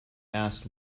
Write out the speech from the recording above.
asked